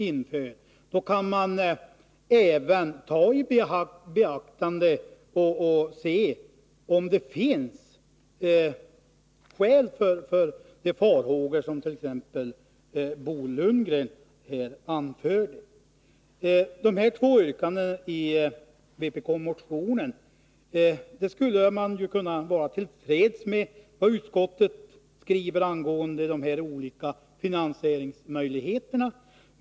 I sammanhanget kan man också undersöka om det finns skäl för de farhågor som Bo Lundgren hyser. I fråga om de här två yrkandena i vpk-motionen skulle man kunna vara till freds med vad utskottet skriver angående de olika finansieringsmöjligheterna.